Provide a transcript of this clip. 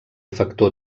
factor